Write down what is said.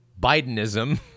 Bidenism